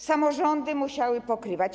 Samorządy musiały to pokrywać.